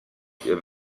ihr